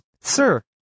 Sir